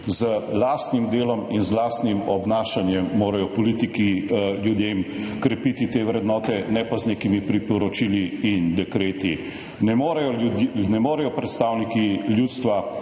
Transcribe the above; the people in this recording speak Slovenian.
Z lastnim delom in lastnim obnašanjem morajo politiki pri ljudeh krepiti te vrednote, ne pa z nekimi priporočili in dekreti. Ne morejo predstavniki ljudstva